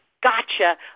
gotcha